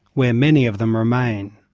where many of them remain.